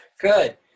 Good